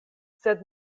sed